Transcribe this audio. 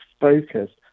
focused